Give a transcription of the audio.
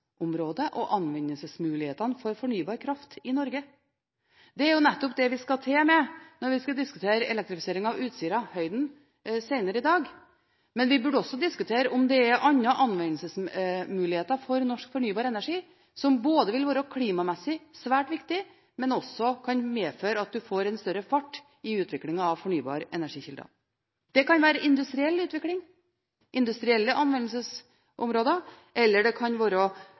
og anvendelsesmulighetene for fornybar kraft i Norge. Det er jo nettopp det vi skal ta med når vi skal diskutere elektrifiseringen av Utsirahøyden senere i dag. Men vi burde også diskutere om det er andre anvendelsesmuligheter for norsk fornybar energi, som vil være klimamessig svært viktig, men som også kan medføre at en får en større fart i utviklingen av fornybare energikilder. Det kan være industriell utvikling, industrielle anvendelsesområder, eller det kan være